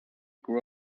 grew